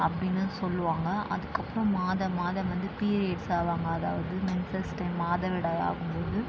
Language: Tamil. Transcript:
அப்படின்னு சொல்லுவாங்க அதுக்கப்புறம் மாதா மாதம் வந்து பீரியட்ஸ் ஆவாங்க அதாவது மென்சஸ் டைம் மாதவிடாய் ஆகும்போது